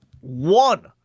One